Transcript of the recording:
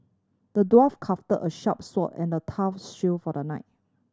the dwarf crafted a sharp sword and a tough shield for the knight